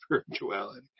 spirituality